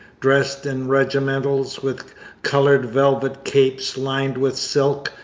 dressed in regimentals, with coloured velvet capes lined with silk,